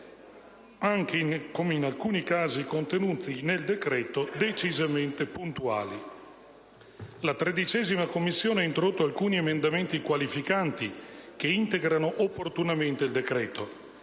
anche - come in alcuni casi contenuti nel decreto - decisamente puntuali. La 13a Commissione ha introdotto alcuni emendamenti qualificanti, che integrano opportunamente il decreto.